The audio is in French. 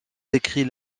décrit